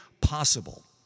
possible